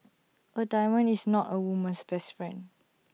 A diamond is not A woman's best friend